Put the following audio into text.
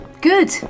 good